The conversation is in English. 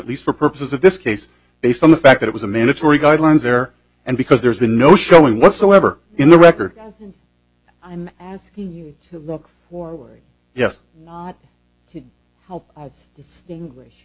least for purposes of this case based on the fact that it was a mandatory guidelines there and because there's been no showing whatsoever in the record and i'm asking you to look forward yes not to help distinguish